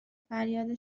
فریاد